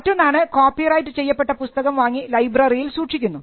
മറ്റൊന്നാണ് കോപ്പിറൈറ്റ് ചെയ്യപ്പെട്ട പുസ്തകം വാങ്ങി ലൈബ്രറിയിൽ സൂക്ഷിക്കുന്നു